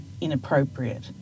inappropriate